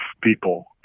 people